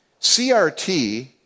CRT